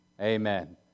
Amen